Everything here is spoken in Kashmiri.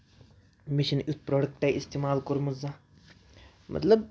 مےٚ چھُنہٕ یُتھ پرٛوڈَکٹَے اِستعمال کوٚرمُت زانٛہہ مطلب